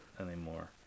anymore